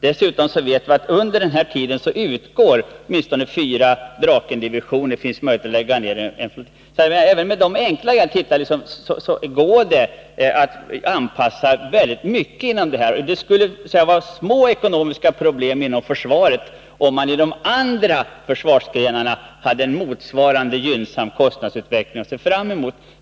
Dessutom vet vi att under denna tid utgår åtminstone fyra Drakendivisioner — det finns möjligheter att lägga ned en flottilj om man så vill. Det skulle vara små ekonomiska problem inom försvaret om man inom de andra försvarsgrenarna hade motsvarande gynnsamma kostnadsutveckling att se fram emot.